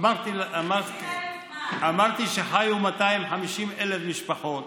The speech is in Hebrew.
אמרתי שחיו 250,000 משפחות